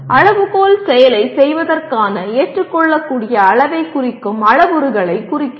அளவுகோல் செயலைச் செய்வதற்கான ஏற்றுக்கொள்ளக்கூடிய அளவைக் குறிக்கும் அளவுருக்களைக் குறிக்கிறது